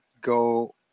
go